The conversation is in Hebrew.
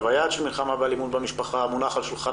היעד של מלחמה באלימות במשפחה מונח על שולחן